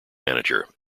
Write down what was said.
manager